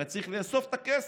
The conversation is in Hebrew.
הרי צריך לאסוף את הכסף.